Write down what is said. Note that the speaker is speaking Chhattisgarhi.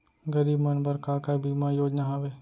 गरीब मन बर का का बीमा योजना हावे?